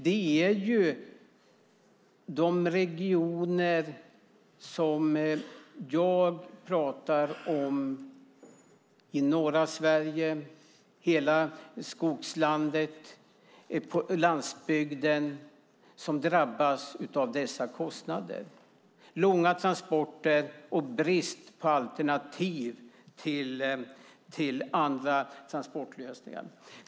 Då är det de regioner som jag pratar om i norra Sverige, hela skogslandet och på landsbygden som drabbas av dessa kostnader. Det är långa transporter och brist på alternativ till andra transportlösningar.